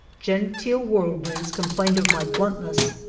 gen teel worldlings complained of my bluntness.